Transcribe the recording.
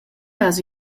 has